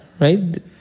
right